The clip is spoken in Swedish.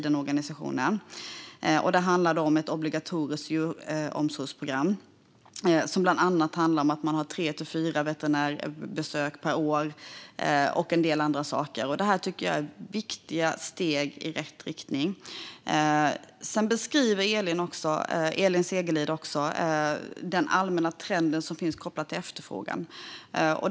Det handlar om ett obligatoriskt djuromsorgsprogram som bland annat innefattar tre till fyra veterinärbesök per år och en del andra saker. Detta tycker jag är viktiga steg i rätt riktning. Elin Segerlind beskriver också den allmänna trenden när det gäller efterfrågan.